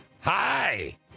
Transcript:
Hi